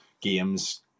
games